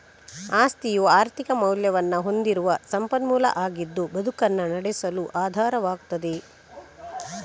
ಆಸ್ತಿಯು ಆರ್ಥಿಕ ಮೌಲ್ಯವನ್ನ ಹೊಂದಿರುವ ಸಂಪನ್ಮೂಲ ಆಗಿದ್ದು ಬದುಕನ್ನ ನಡೆಸಲು ಆಧಾರವಾಗ್ತದೆ